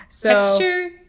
Texture